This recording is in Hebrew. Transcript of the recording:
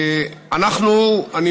אנחנו כולנו,